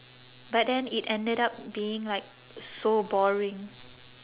but then it ended up being like so boring